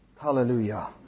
Hallelujah